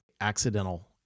accidental